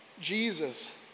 Jesus